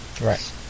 Right